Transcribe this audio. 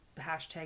hashtag